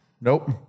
Nope